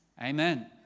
amen